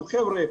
עכשיו חבר'ה,